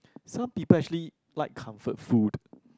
some people actually like comfort food